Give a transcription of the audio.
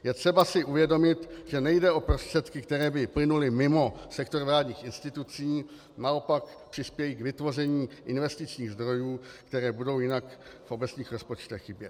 Je třeba si uvědomit, že nejde o prostředky, které by plynuly mimo sektor vládních institucí, naopak přispějí k vytvoření investičních zdrojů, které budou jinak v obecních rozpočtech chybět.